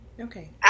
Okay